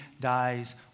dies